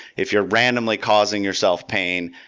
if you're randomly causing yourself pain,